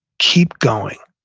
keep going.